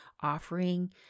offering